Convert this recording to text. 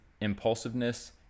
impulsiveness